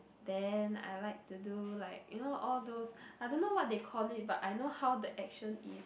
then I like to do like you know all those I don't know what they call it but I know how the action is